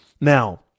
Now